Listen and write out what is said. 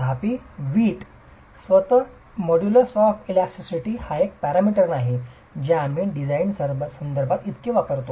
तथापि वीट स्वतःच इलास्टिसिटी मोडुलुस एक पॅरामीटर नाही जे आम्ही डिझाइन संदर्भात इतके वापरतो